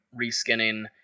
reskinning